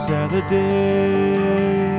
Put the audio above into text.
Saturday